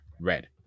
red